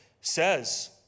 says